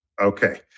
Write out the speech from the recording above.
Okay